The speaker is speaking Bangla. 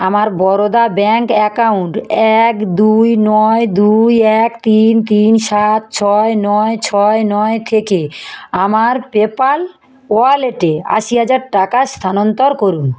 আমার বরোদা ব্যাঙ্ক অ্যাকাউন্ট এক দুই নয় দুই এক তিন তিন সাত ছয় নয় ছয় নয় থেকে আমার পেপ্যাল ওয়ালেটে আশি হাজার টাকা স্থানান্তর করুন